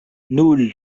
nul